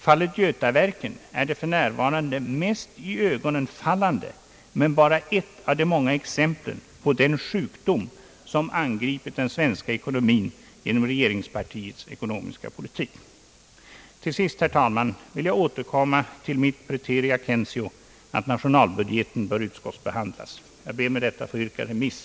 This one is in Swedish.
Fallet Götaverken är det för närvarande mest iögonfallande men bara ett av de många exempel på den sjukdom som har angripit den nuvarande svenska ekonomin genom regeringspartiets ekonomiska politik. Till sist, herr talman, vill jag återkomma till mitt praeterea censeo att nationalbudgeten bör utskottsbehandlas. Jag ber med detta att få yrka remiss.